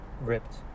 ripped